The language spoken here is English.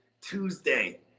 Tuesday